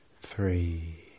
three